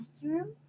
classroom